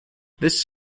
this